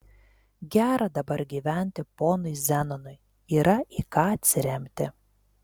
gera dabar gyventi ponui zenonui yra į ką atsiremti